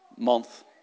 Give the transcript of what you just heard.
month